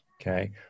okay